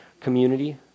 community